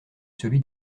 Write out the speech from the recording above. celui